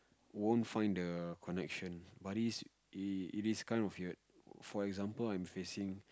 won't find the connection but is it is kind of weird for example I'm facing